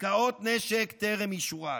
עסקאות נשק טרם אישורן.